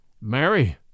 Mary